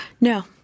no